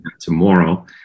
tomorrow